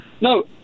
no